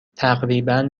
تقریبا